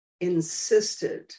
insisted